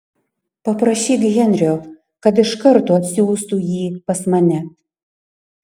paprašyk henrio kad iš karto atsiųstų jį pas mane